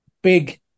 big